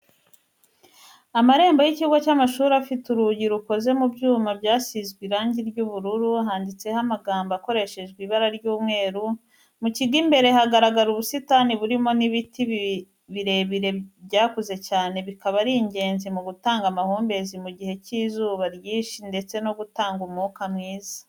Amarembo y'ikigo cy'amashuri afite urugi rukoze mu byuma byasizwe irangi ry'ubururu handitseho amagambo akoreshejwe ibara ry'umweru, mu kigo imbere hagaragara ubusitani burimo n'ibiti birebire byakuze cyane bikaba ari ingenzi mu gutanga amahumbezi mu gihe cy'izuba ryinshi ndetse no gutanga umwuka mwiza.